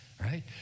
Right